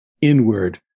inward